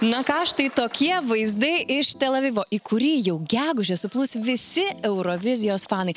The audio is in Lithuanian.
na ką štai tokie vaizdai iš tel avivo į kurį jau gegužę suplūs visi eurovizijos fanai